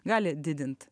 gali didint